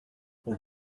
our